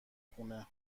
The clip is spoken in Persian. خونه